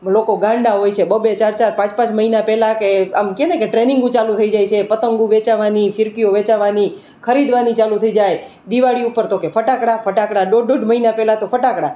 લોકો ગાંડા હોય છે બે બે ચાર ચાર પાંચ પાંચ મહિના કે આમ કહે ને કે ટ્રેનિંગો ચાલું થઇ જાય છે પતંગો વેચાવાની ફિરકીઓ વેચાવાની ખરીદવાની ચાલું થઈ જાય દિવાળી ઉપર તો કહે ફટાકડા ફટાકડા દોઢ દોઢ મહિના પહેલાં તો કે ફટાકડા